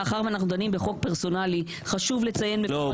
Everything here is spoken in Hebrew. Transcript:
מאחר שאנחנו דנים בחוק פרסונלי חשוב לציין מפורשות --- לא,